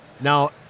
Now